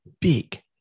Big